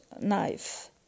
knife